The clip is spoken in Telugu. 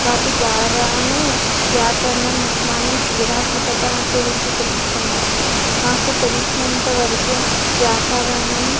వాటి ద్వారానే వ్యాకరణం నిర్మాణం సృజనాత్మకత గురించి తెలుసుకున్నాను నాకు తెలిసినంతవరకు వ్యాకరణం